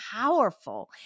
powerful